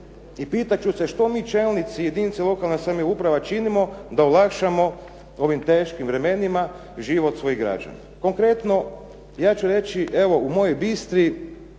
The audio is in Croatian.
i pitat ću se što mi čelnici jedinice lokalnih samouprava činimo da olakšamo u ovim teškim vremenima život svojih građana. Konkretno, ja ću reći evo u mojoj Bistri